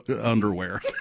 underwear